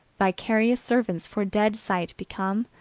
vicarious servants for dead sight become.